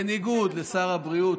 בניגוד לשר הבריאות,